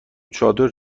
چادر